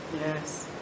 Yes